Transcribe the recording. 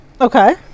Okay